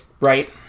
Right